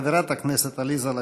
חברת הכנסת עליזה לביא.